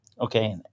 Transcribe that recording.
Okay